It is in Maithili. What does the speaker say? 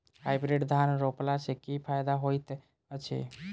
हाइब्रिड धान रोपला सँ की फायदा होइत अछि?